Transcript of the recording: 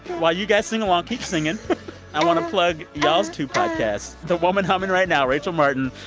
while you guys sing along keep singing i want to plug ya'll's two podcasts. the woman humming right now, rachel martin,